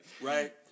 Right